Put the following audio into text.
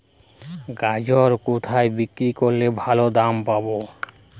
গাজর কোথায় বিক্রি করলে ভালো দাম পাব?